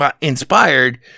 inspired